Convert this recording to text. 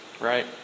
right